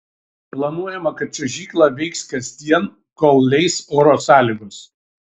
planuojama kad čiuožykla veiks kasdien kol leis oro sąlygos